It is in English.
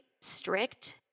strict